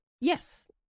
yes